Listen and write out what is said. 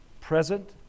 present